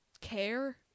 care